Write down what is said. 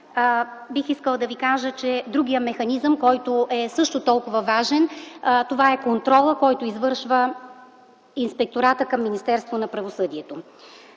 бих искала да Ви кажа, че другият механизъм, който е също толкова важен, е контролът, който извършва Инспекторатът към Министерството на правосъдието.